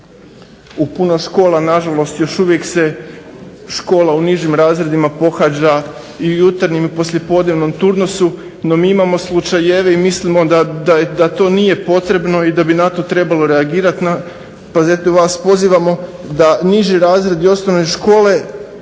U puno škola na žalost još uvijek se škola u nižim razredima pohađa i u jutarnjim i poslijepodnevnom turnusu. No mi imamo slučajeva i mislimo da to nije potrebno i da bi na to trebalo reagirati. Pa zato vas pozivamo da niži razredi osnovne škole